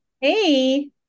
hey